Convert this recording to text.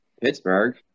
Pittsburgh –